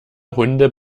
hunde